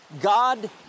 God